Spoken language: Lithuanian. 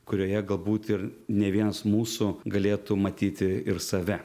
kurioje galbūt ir ne vienas mūsų galėtų matyti ir save